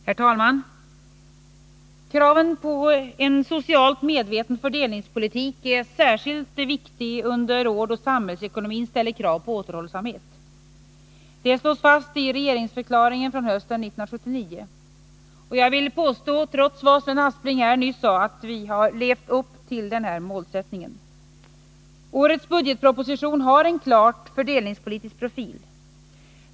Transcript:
Herr talman! Kraven på en socialt medveten fördelningspolitik är särskilt viktiga under år då samhällsekonomin ställer krav på återhållsamhet. Det slås fast i regeringsförklaringen från hösten 1979. Jag vill, trots vad Sven Aspling sade nyss, påstå att vi har levt upp till denna målsättning. Årets budgetproposition har en klart fördelningspolitisk profil.